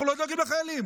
אנחנו לא דואגים לחיילים?